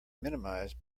minimized